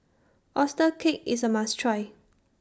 Oyster Cake IS A must Try